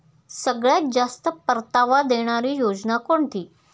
सगळ्यात जास्त परतावा देणारी योजना कोणती?